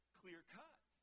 clear-cut